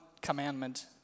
commandment